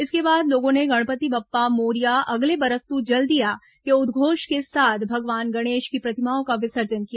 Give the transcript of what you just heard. इसके बाद लोगों ने गणपति बप्पा मोरया अगले बरस तू जल्दी आ के उदघोष के साथ भगवान गणेश की प्रतिमाओं का विसर्जन किया